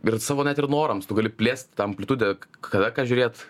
ir savo net ir norams tu gali plėst tą amplitudę kada ką žiūrėt